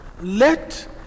Let